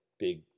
big